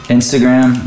Instagram